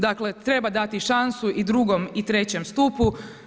Dakle treba dati šansu i drugom i trećem stupu.